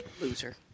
loser